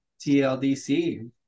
TLDC